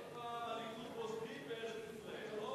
עוד פעם הליכוד בוגדים בארץ-ישראל.